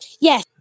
Yes